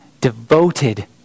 devoted